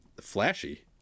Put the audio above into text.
flashy